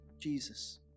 Jesus